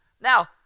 now